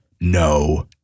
no